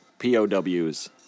POWs